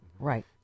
right